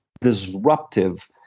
disruptive